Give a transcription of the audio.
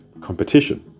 competition